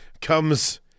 comes